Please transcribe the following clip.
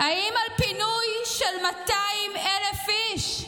האם על פינוי של 200,000 איש?